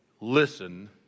listen